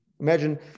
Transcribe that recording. Imagine